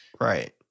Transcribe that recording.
Right